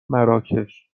مراکش